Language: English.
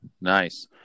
nice